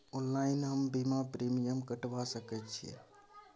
Online हम बीमा के प्रीमियम कटवा सके छिए?